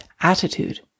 attitude